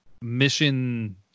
mission